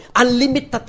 unlimited